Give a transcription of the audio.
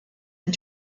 and